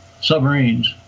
submarines